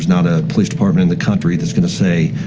not a police department in the country that's gonna say,